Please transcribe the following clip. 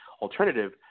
alternative